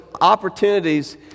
opportunities